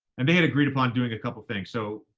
and they had agreed upon doing a couple things. so,